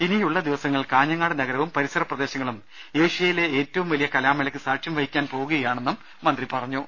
ഇനിയുള്ള ദിവസങ്ങൾ കാഞ്ഞങ്ങാട് നഗരവും പരിസര പ്രദേശങ്ങളും ഏഷ്യയിലെ ഏറ്റവും വലിയ കലാമേളയ്ക്ക് സാക്ഷ്യം വഹിക്കാൻ പോകുകയാണെന്നും മന്ത്രി പറഞ്ഞു